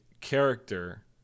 character